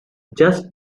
just